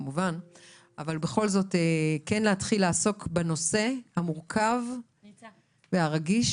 אבל בכל זאת כן להתחיל לעסוק בנושא המורכב והרגיש,